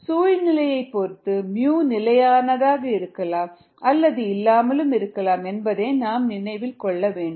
𝑟𝑥 𝜇 𝑥 சூழ்நிலையைப் பொறுத்து µ நிலையானதாக இருக்கலாம் அல்லது இல்லாமலும் இருக்கலாம் என்பதை நாம் நினைவில் கொள்ள வேண்டும்